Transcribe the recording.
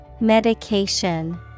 Medication